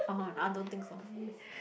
(uh huh) I don't think so